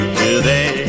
today